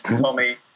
Tommy